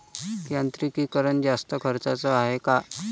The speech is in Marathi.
यांत्रिकीकरण जास्त खर्चाचं हाये का?